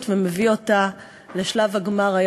ואין לאל ידם".